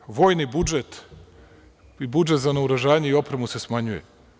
Kažete – vojni budžet i budžet za naoružanje i opremu se smanjuje.